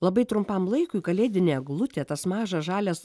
labai trumpam laikui kalėdinė eglutė tas mažas žalias